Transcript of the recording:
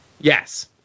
Yes